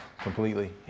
completely